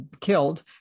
killed